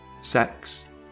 sex